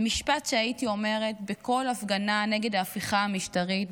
זה משפט שהייתי אומרת בכל הפגנה נגד ההפיכה המשטרית,